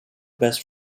best